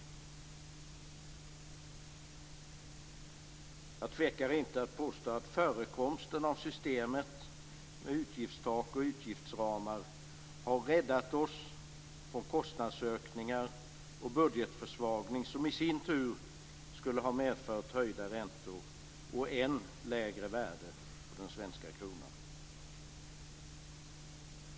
Jag tvekar inte att påstå att förekomsten av systemet med utgiftstak och utgiftsramar har räddat oss från kostnadsökningar och budgetförsvagning som i sin tur skulle ha medfört höjda räntor och än lägre värde på den svenska kronan.